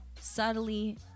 subtly